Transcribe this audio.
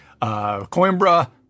Coimbra